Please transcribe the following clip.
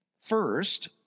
First